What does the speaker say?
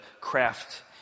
craft